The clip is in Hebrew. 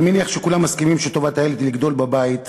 אני מניח שכולם מסכימים שטובת הילד היא לגדול בבית,